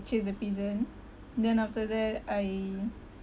chase the pigeon then after that I